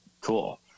cool